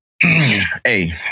Hey